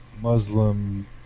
Muslim